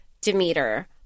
Demeter